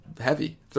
heavy